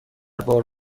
بار